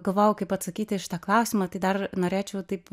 galvojau kaip atsakyti į šitą klausimą tai dar norėčiau taip